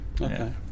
Okay